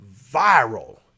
viral